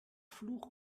fluch